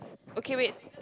okay wait